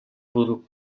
buruk